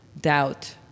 doubt